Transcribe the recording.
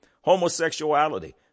homosexuality